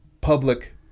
public